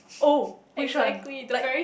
oh which one like